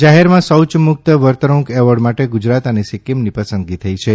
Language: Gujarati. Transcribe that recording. જાહેરમાં શૌચમુક્ત વર્તણક એવોર્ડ માટે ગુજરાત અને સિક્કિમની પસંદગી થઇ છે